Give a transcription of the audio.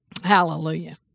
Hallelujah